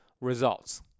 results